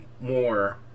more